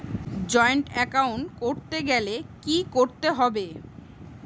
Joint account করতে গেলে কি করতে হবে?